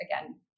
again